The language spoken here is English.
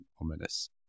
ominous